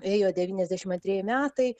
ėjo devyniasdešimt antrieji metai